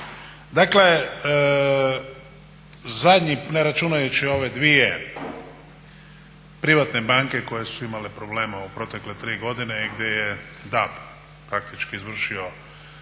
Dakle, zadnji ne računajući ove dvije privatne banke koje su imale problema u protekle tri godine i gdje je DAB praktički izvršio